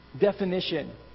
definition